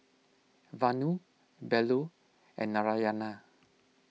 Vanu Bellur and Narayana